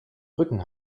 rücken